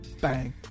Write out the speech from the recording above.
Bang